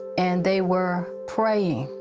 and they were praying.